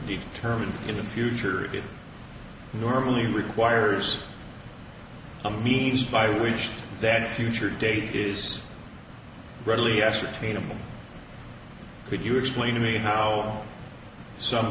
the term and in the future it normally requires a means by which that future date is readily ascertainable could you explain to me how some